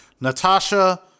Natasha